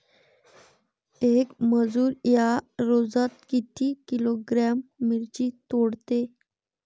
येक मजूर या रोजात किती किलोग्रॅम मिरची तोडते?